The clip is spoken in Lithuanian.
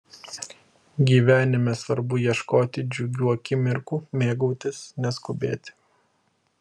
gyvenime svarbu ieškoti džiugių akimirkų mėgautis neskubėti